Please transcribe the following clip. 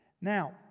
Now